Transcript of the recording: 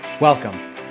Welcome